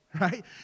right